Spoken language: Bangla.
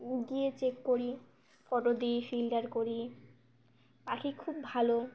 গিয়ে চেক করি ফটো দিই ফিল্টার করি পাখি খুব ভালো